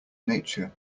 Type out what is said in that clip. nature